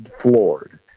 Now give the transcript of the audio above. floored